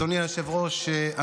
אדוני היושב-ראש,